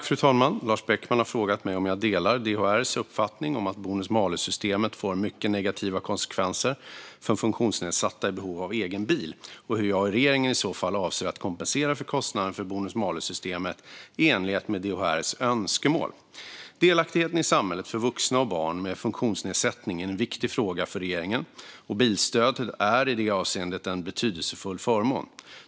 Fru talman! har frågat mig om jag delar DHR:s uppfattning om att bonus malus-systemet får mycket negativa konsekvenser för funktionsnedsatta i behov av egen bil, och hur jag och regeringen i så fall avser att kompensera för kostnaderna för bonus malus-systemet i enlighet med DHR:s önskemål. Delaktigheten i samhället för vuxna och barn med funktionsnedsättning är en viktig fråga för regeringen, och bilstödet är i det avseendet en betydelsefull förmån.